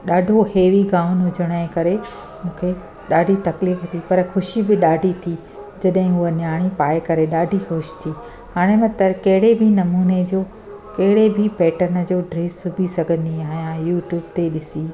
ॾाढो heavy gown हुजण जे करे मूंखे ॾाढी तकलीफ़ थी पर ख़ुशी बि ॾाढी थी जॾहिं उहा न्याणी पाए करे ॾाढी ख़ुशि थी हाणे मां त कहिड़े बि नमूने जो कहिड़े बि पैटन जो ड्रेस सिबी सघंदी आहियां यूट्यूब ते ॾिसी